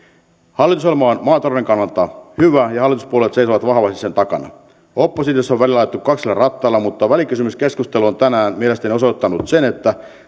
hallitusohjelma on maatalouden kannalta hyvä ja hallituspuolueet seisovat vahvasti sen takana oppositiossa on välillä ajettu kaksilla rattailla mutta välikysymyskeskustelu on tänään mielestäni osoittanut sen että